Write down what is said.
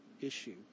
issue